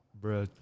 Bro